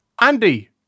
Andy